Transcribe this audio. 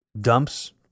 dumps